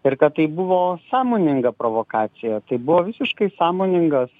ir kad tai buvo sąmoninga provokacija tai buvo visiškai sąmoningas